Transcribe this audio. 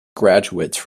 graduates